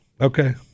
Okay